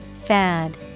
Fad